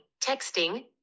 Texting